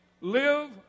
live